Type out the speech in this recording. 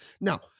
now